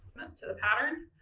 to the pattern.